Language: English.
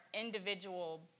individual